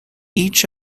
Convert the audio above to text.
each